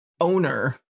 owner